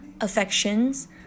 affections